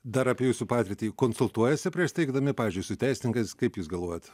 dar apie jūsų patirtį konsultuojasi prieš steigdami pavyzdžiui su teisininkais kaip jūs galvojat